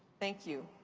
thank you.